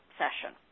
session